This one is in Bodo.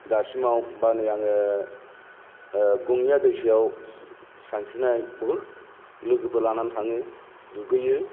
दासिमाव बा नै आङो गङिया दैसायाव सानस्रिनाय बहुद लोगोफोर लानानै थाङो दुगैयो